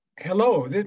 Hello